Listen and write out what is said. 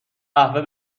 قهوه